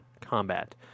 combat